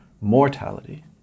mortality